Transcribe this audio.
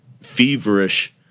feverish